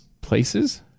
Places